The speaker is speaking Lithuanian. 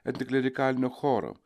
antiklerikalinio choro